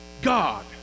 God